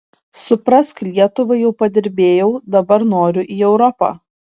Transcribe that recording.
suprask lietuvai jau padirbėjau dabar noriu į europą